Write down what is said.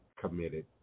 committed